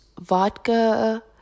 vodka